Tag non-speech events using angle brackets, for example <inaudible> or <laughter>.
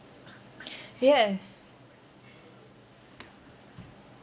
<breath> yeah